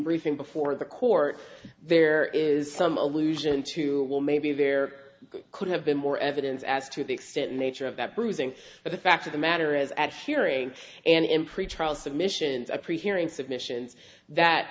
briefing before the court there is some allusion to well maybe there could have been more evidence as to the extent nature of that bruising but the fact of the matter is at hearing and in pretrial submissions are preparing submissions that